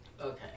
Okay